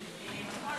עונת